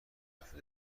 هفته